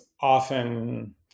often